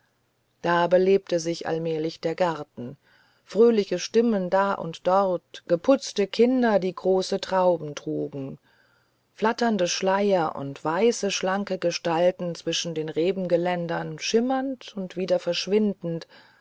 da belebte sich allmählich der garten fröhliche stimmen da und dort geputzte kinder die große trauben trugen flatternde schleier und weiße schlanke gestalten zwischen den rebengeländern schimmernd und wieder verschwindend